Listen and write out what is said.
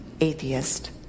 atheist